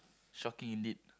shocking indeed